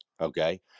Okay